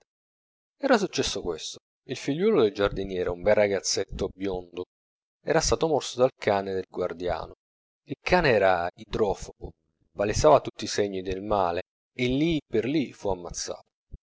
era successo questo il figliuolo del giardiniere un bel ragazzetto biondo era stato morso dal cane del guardiano il cane era idrofobo palesava tutti i segni del male e lì per lì fu ammazzato